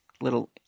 little